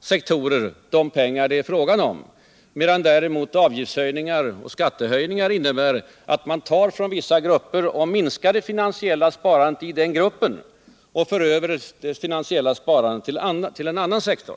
sektorer de pengar det är fråga om, medan däremot avgifts och skattehöjningar innebär att man tar från vissa grupper och för över det finansiella sparandet där till en annan sektor.